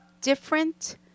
different